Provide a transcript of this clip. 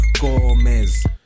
Gomez